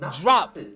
drop